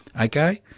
Okay